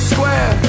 Square